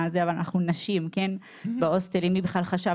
אבל אנחנו נשים ובהוסטלים מי בכלל חשב